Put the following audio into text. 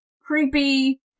creepy